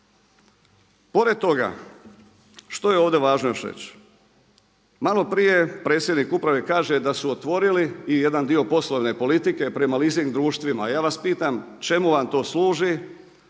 Pored toga, što je ovdje još važno reći, malo prije predsjednik uprave kaže da su otvorili i jedan dio poslovne politike prema leasing društvima. A ja vas pitam, čemu vam to služi?